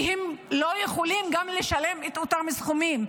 כי הם לא יכולים גם לשלם את אותם הסכומים.